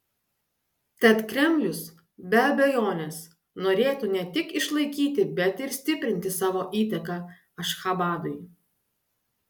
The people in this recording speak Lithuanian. tad kremlius be abejonės norėtų ne tik išlaikyti bet ir stiprinti savo įtaką ašchabadui